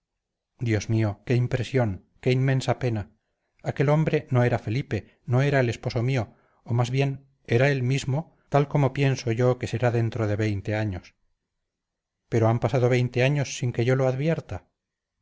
dios mío qué impresión qué inmensa pena aquel hombre no era felipe no era el esposo mío o más bien era él mismo tal como pienso yo que será dentro de veinte años pero han pasado veinte años sin que yo lo advierta